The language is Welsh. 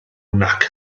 nac